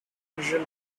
unusual